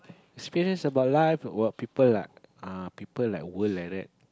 experience about life about people like err like that